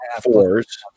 fours